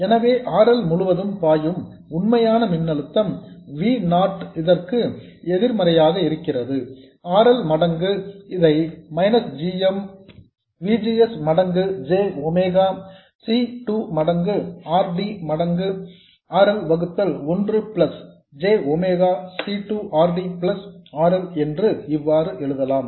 எனவே R L முழுவதும் பாயும் உண்மையான மின்னழுத்தம் V நாட் இதற்கு எதிர்மறையாக இருக்கிறது R L மடங்கு இதை minus g m V G S மடங்கு j ஒமேகா C 2 மடங்கு R D மடங்கு R L வகுத்தல் ஒன்று plus j omega C 2 R D plus R L என்று இவ்வாறு எழுதலாம்